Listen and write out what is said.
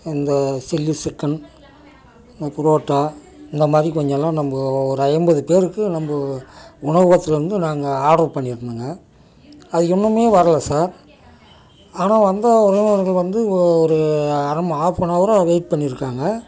இந்த chilli chicken parotta இந்த மாதிரி கொஞ்சலான் நம்ம ஒரு ஐம்பது பேருக்கு நம்ம உணவகத்தில் வந்து நாங்கள் ஆடர் பண்ணி இருந்தோங்க அது இன்னும் வரல சார் ஆனால் வந்த உறவினர்கள் வந்து ஒரு அரம ஹாஃப்னவராக வெயிட் பண்ணியிருக்காங்க